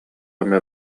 эмэ